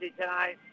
tonight